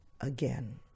again